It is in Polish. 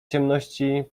ciemności